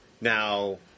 Now